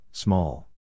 Small